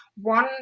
One